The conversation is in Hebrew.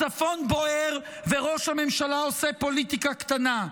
הצפון בוער, וראש הממשלה עושה פוליטיקה קטנה.